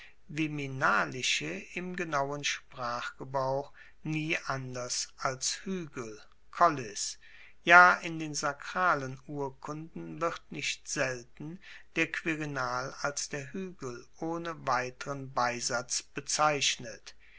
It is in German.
viminalische im genauen sprachgebrauch nie anders als huegel collis ja in den sakralen urkunden wird nicht selten der quirinal als der huegel ohne weiteren beisatz bezeichnet